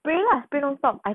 play lah play nonstop I